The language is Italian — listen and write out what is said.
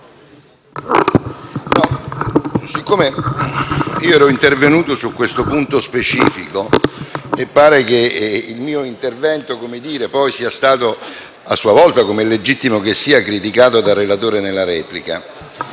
io ero intervenuto su questo punto specifico e pare che il mio intervento poi sia stato a sua volta, come è legittimo che sia, criticato dal relatore nella replica.